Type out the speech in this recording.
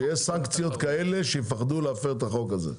שיהיו סנקציות כאלה שיפחדו להפר את החוק הזה.